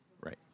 right